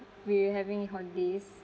we are having holidays